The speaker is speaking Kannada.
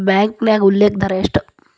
ಬ್ಯಾಂಕ್ನ್ಯಾಗ ಉಲ್ಲೇಖ ದರ ಎಷ್ಟ